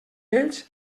ells